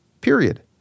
period